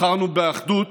בחרנו באחדות